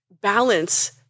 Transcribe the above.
balance